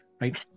right